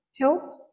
help